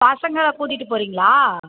பசங்களை கூட்டுகிட்டு போறிங்களா